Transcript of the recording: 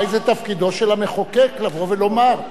אולי זה תפקידו של המחוקק לבוא ולומר,